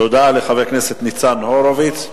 תודה לחבר הכנסת ניצן הורוביץ.